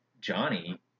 Johnny